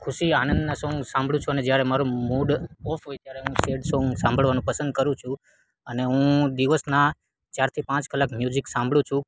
ખુશી આનંદના સોંગ સાંભળું છું અને જ્યારે મારો મૂડ ઓફ હોય ત્યારે હું સેડ સોંગ સાંભળવાનું પસંદ કરું છું અને હું દિવસના ચારથી પાંચ કલાક મ્યુઝિક સાંભળું છું